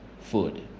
food